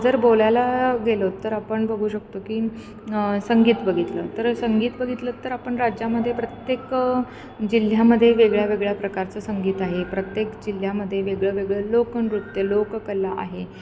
जर बोलायला गेलो तर आपण बघू शकतो की संगीत बघितलं तर संगीत बघितलं तर आपण राज्यामध्ये प्रत्येक जिल्ह्यामध्ये वेगळ्या वेगळ्या प्रकारचं संगीत आहे प्रत्येक जिल्ह्यामध्येवेगळं वेगळं लोकनृत्य लोककला आहे